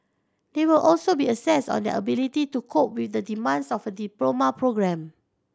they will also be assessed on their ability to cope with the demands of a diploma programme